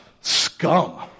scum